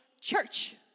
church